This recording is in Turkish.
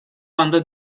anda